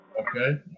Okay